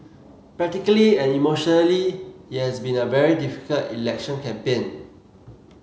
practically and emotionally it has been a very difficult election campaign